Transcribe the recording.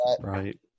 right